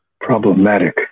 problematic